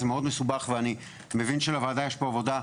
זה מאוד מסובך ואני מבין שלוועדה יש פה עבודה.